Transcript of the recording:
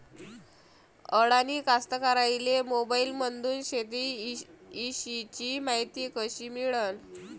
अडानी कास्तकाराइले मोबाईलमंदून शेती इषयीची मायती कशी मिळन?